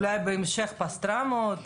אולי בהמשך פסטרמות.